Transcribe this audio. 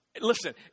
Listen